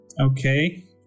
Okay